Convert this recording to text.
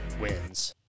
wins